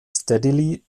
steadily